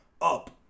up